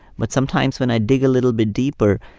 but sometimes when i dig a little bit deeper,